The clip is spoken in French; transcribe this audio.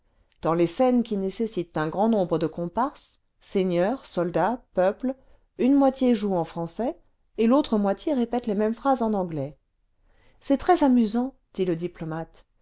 dans les scènes qui nécessitent un grand nombre de comparses seigneurs soldats peuple une moitié joue en français et l'autre moitié répète les mêmes phrases en anglais c'est très amusant dit le diplomate